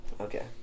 Okay